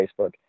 Facebook